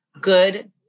good